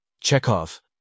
Chekhov